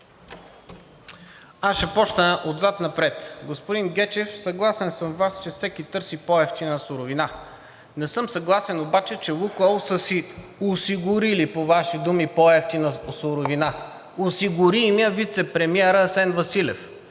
Аз ще започна отзад напред. Господин Гечев, съгласен съм с Вас, че всеки търси по-евтина суровина. Не съм съгласен обаче, че „Лукойл“ са си осигурили, по Ваши думи, по-евтина суровина. Осигури им я вицепремиерът Асен Василев.